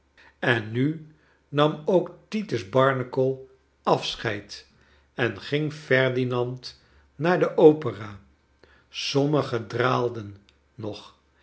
en nu nam ook titus barnacle afscheid en ging ferdinand naar de opera sommigen draalden nog